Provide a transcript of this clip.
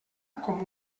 com